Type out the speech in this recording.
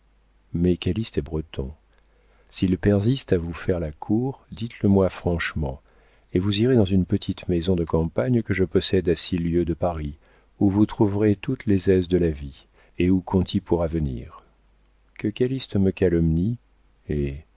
mais calyste est breton s'il persiste à vous faire la cour dites-le-moi franchement et vous irez dans une petite maison de campagne que je possède à six lieues de paris où vous trouverez toutes les aises de la vie et où conti pourra venir que calyste me calomnie eh